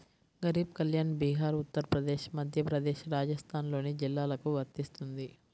గరీబ్ కళ్యాణ్ బీహార్, ఉత్తరప్రదేశ్, మధ్యప్రదేశ్, రాజస్థాన్లోని జిల్లాలకు వర్తిస్తుంది